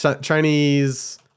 Chinese